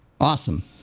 Awesome